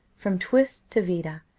from twiss to vida,